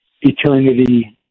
eternity